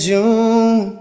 June